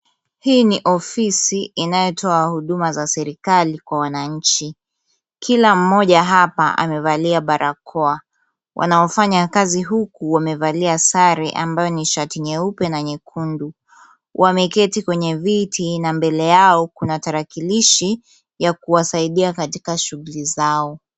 Hii ni ofisi inayo toa huduma za serikali kwa wananchi. Kila mmoja hapa amevalia barakoa. Wanao fanya kazi huku wamevalia sare ambayo ni shati nyeupe na nyekundu. Wameketi kwenye viti na mbele yao kuna tarakilishi ya kuwasaidia katika shughuli zao.